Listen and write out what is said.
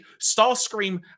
Starscream